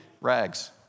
rags